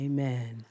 Amen